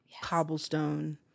Cobblestone